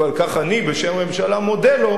ועל כך אני בשם הממשלה מודה לו,